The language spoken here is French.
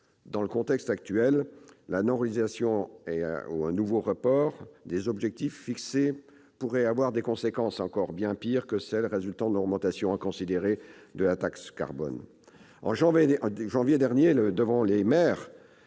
Dans le contexte actuel, la non-réalisation ou un nouveau report des objectifs fixés pourrait avoir des conséquences encore bien pires que celles de l'augmentation inconsidérée de la taxe carbone. En janvier dernier, devant les maires,